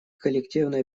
коллективное